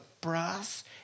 brass